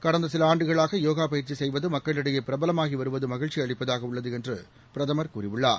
கடந்த சில ஆண்டுகளாக யோகா பயிற்சி செய்வது மக்களிடையே பிரபலமாகி வருவது மகிழ்ச்சி அளிப்பதாக உள்ளதாக பிரதமர் கூறினார்